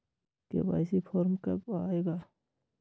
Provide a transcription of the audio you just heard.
KYC form कब आए गा?